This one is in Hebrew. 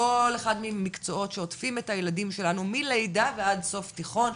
כל אחד ממקצועות שעוטפים את הילדים שלנו מלידה ועד סוף תיכון,